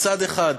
מצד אחד,